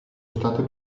state